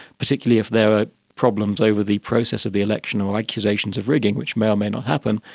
particularly if there are problems over the process of the election or accusations of rigging, which may or may not happen,